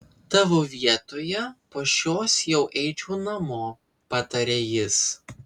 tavo vietoje po šios jau eičiau namo patarė jis